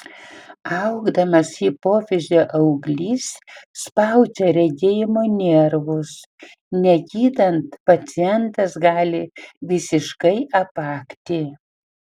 augdamas hipofizio auglys spaudžia regėjimo nervus negydant pacientas gali visiškai apakti